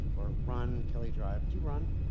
or run kelly drive. do you run?